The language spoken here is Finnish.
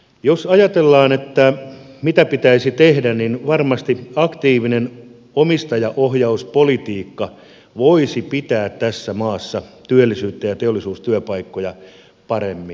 jos ajatellaan mitä pitäisi tehdä niin varmasti aktiivinen omistajaohjauspolitiikka voisi pitää tässä maassa työllisyyttä ja teollisuustyöpaikkoja paremmin paikallaan